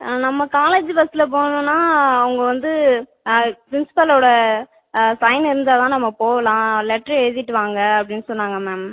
ஆ நம்ம காலேஜ் பஸ்ஸில் போனோம்னா அவங்க வந்து பிரின்ஸ்பலோட சைன் இருந்தால் தான் நம்ம போகலாம் லெட்ரு எழுதிகிட்டு வாங்க அப்படினு சொன்னாங்க மேம்